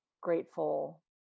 grateful